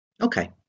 Okay